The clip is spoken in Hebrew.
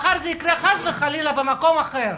מחר זה יקרה חס וחלילה במקום אחר.